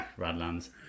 Radlands